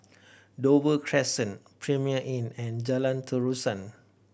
Dover Crescent Premier Inn and Jalan Terusan